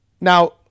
Now